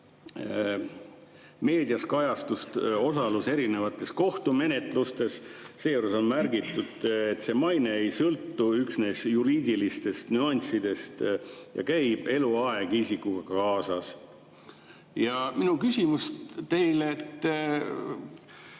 meediakajastust, osalust kohtumenetlustes. Seejuures on märgitud, et maine ei sõltu üksnes juriidilistest nüanssidest ja käib eluaeg isikuga kaasas. Minu küsimus teile: